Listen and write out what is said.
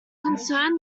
concerned